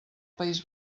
país